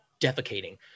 defecating